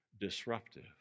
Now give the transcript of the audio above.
disruptive